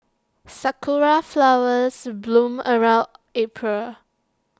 Sakura Flowers bloom around April